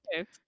okay